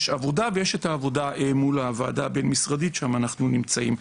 יש את העבודה ויש את העבודה מול הוועדה הבין-משרדית שם אנחנו נמצאים.